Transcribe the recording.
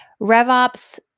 RevOps